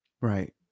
Right